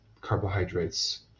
carbohydrates